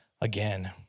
again